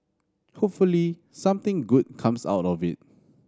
hopefully something good comes out of it